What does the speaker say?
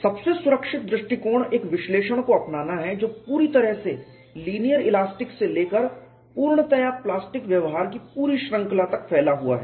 सबसे सुरक्षित दृष्टिकोण एक विश्लेषण को अपनाना है जो पूरी तरह से लीनियर इलास्टिक से लेकर पूर्णतया प्लास्टिक व्यवहार की पूरी श्रृंखला तक फैला हुआ है